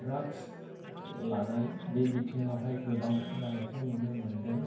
drugs लानाय बे बिथिङावहाय गोबां जानायखऔ नुनो मोनदों